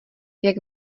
jak